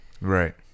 Right